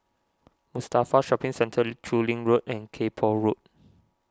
Mustafa Shopping Centre Chu Lin Road and Kay Poh Road